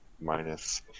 minus